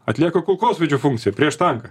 atlieka kulkosvaidžio funkciją prieš tanką